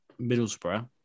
Middlesbrough